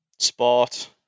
sport